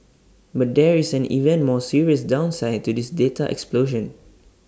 but there is an even more serious downside to this data explosion